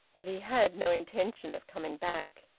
but he had no intention of coming back.